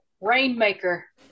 Rainmaker